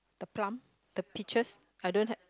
the plum the peaches I don't had